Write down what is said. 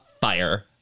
fire